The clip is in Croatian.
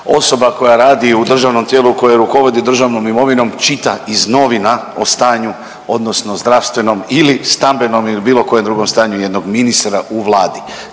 osoba koja radi u državnom tijelu koje rukovodi državnom imovinom čita iz novina o stanju odnosno zdravstvenom ili stambenom ili bilo kojem drugom stanju jednog ministra u Vladi.